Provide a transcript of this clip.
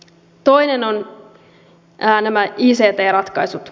toinen on nämä ict ratkaisut